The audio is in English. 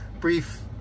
brief